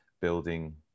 building